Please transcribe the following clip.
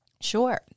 Sure